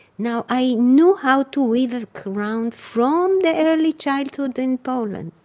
now, i knew how to weave a crown from the early childhood in poland.